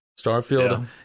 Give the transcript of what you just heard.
Starfield